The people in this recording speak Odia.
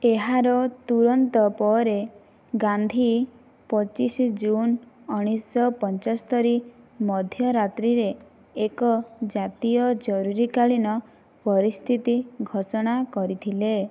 ଏହାର ତୁରନ୍ତ ପରେ ଗାନ୍ଧୀ ପଚିଶ ଜୁନ୍ ଉଣେଇଶହ ପଞ୍ଚୋସ୍ତରି ମଧ୍ୟରାତ୍ରିରେ ଏକ ଜାତୀୟ ଜରୁରୀ କାଳିନ ପରିସ୍ଥିତି ଘୋଷଣା କରିଥିଲେ